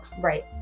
Right